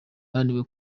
bananiwe